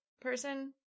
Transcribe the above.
person